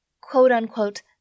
quote-unquote